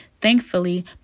Thankfully